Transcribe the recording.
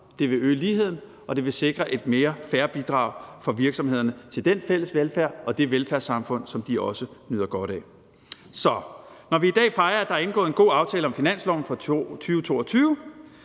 Det vil øge ligheden, og det vil sikre et mere fair bidrag for virksomhederne til den fælles velfærd og det velfærdssamfund, som de også nyder godt af. Så når vi i dag fejrer, at der er indgået en god aftale om finansloven for 2022,